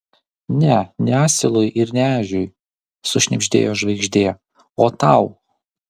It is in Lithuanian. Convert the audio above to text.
ne ne asilui ir ne ežiui sušnibždėjo žvaigždė o tau